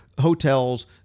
hotels